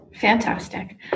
Fantastic